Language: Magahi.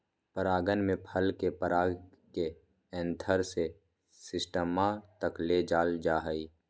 परागण में फल के पराग के एंथर से स्टिग्मा तक ले जाल जाहई